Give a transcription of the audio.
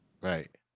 Right